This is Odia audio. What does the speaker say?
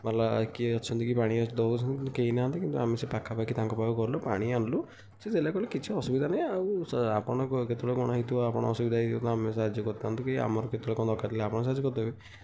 ଵାଲା କିଏ ଅଛନ୍ତି କି ପାଣି ଦେଉଛନ୍ତି କିନ୍ତୁ କେହି ନାହାନ୍ତି କିନ୍ତୁ ଆମେ ସେ ପାଖାପାଖି ଗଲୁ ଆମେ ପାଣି ଆଣିଲୁ ସେ ସେଟା କହିଲେ କିଛି ଅସୁବିଧା ନାହିଁ ଆଉ ସା ଆପଣ କ କେତେବେଳେ କ'ଣ ହୋଇଥିବ ଆପଣ ଅସୁବିଧା ହୋଇଥିବ ଆମେ ଆପଣଙ୍କୁ ସାହାଯ୍ୟ କରିଥାନ୍ତୁ କି ଆମର କେତେବେଳେ କ'ଣ ଦରକାର ଥିଲେ ଆପଣ ସାହାଯ୍ୟ କରି ଦେବେ